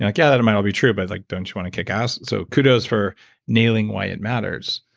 like yeah, that might all be true but like don't you want to kick ass? so kudos for nailing why it matters.